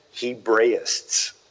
Hebraists